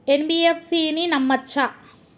NBFC ని నమ్మచ్చా?